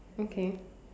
okay